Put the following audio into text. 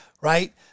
right